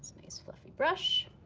nice fluffy brush.